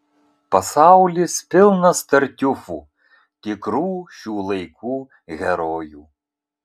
pasaulis pilnas tartiufų tikrų šių laikų herojų